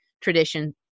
tradition